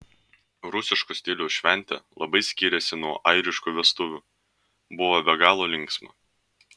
rusiško stiliaus šventė labai skyrėsi nuo airiškų vestuvių buvo be galo linksma